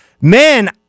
man